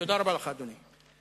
תודה רבה לך, אדוני.